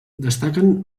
destaquen